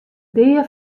dea